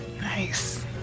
nice